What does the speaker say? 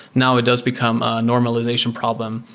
now, it does become ah normalization problem,